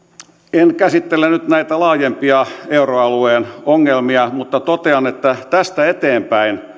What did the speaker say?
en käsittele nyt näitä laajempia euroalueen ongelmia mutta totean että tästä eteenpäin